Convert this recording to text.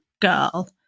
girl